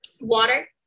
Water